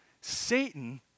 Satan